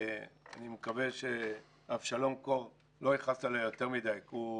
אני מקווה שאבשלום קור לא יכעס עלי יותר מדי כי הוא